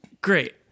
great